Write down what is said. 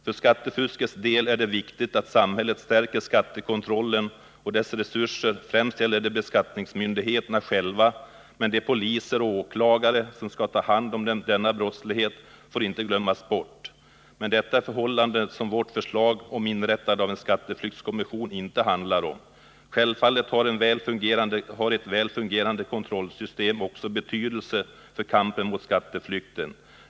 För skattefuskets del är det viktigt att samhället stärker skattekontrollen och dess resurser. Främst gäller detta beskattningsmyndigheterna själva, men de poliser och åklagare som skall ta hand om denna brottslighet får inte glömmas bort. Men detta är förhållanden som vårt förslag om inrättande av en skatteflyktskommission inte handlar om. Självfallet har ett väl fungerande kontrollsystem också betydelse för kampen mot skatteflykten.